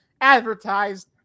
advertised